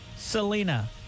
selena